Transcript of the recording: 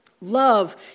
Love